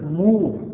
move